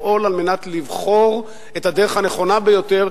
לפעול על מנת לבחור את הדרך הנכונה ביותר,